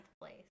place